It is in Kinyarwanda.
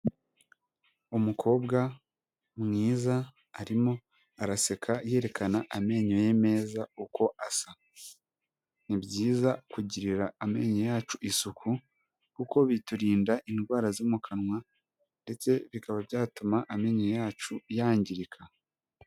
Umukobwa mwiza arimo araseka yerekana amenyo ye meza uko asa nibyiza kugirira amenyo yacu isuku kuko biturinda indwara zo mu kanwa ndetse bikaba byatuma amenyo yacu yangirika.